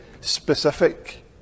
specific